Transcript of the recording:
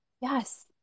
Yes